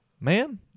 man